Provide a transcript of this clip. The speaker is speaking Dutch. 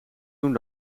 doen